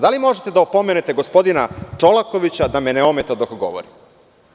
Da li možete da opomenete gospodina Čolakovića da me ne ometa dok govorim?